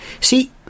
See